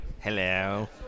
Hello